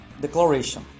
declaration